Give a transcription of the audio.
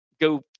go